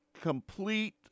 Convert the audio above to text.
complete